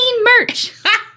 merch